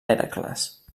hèracles